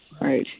right